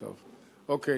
טוב, אוקיי.